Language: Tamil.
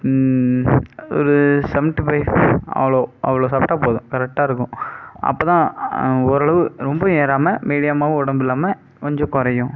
ஒரு சவன்ட்டி ஃபை அவ்வளோ அவ்வளோ சாப்பிட்டா போதும் கரெட்டாக இருக்கும் அப்போதான் ஓரளவு ரொம்பவும் ஏறாமல் மீடியாமாகவும் உடம்பு இல்லாமல் கொஞ்சம் குறையும்